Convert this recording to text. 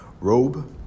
robe